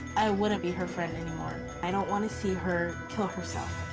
i wouldn't be her friend anymore. i don't want to see her kill herself.